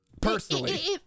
personally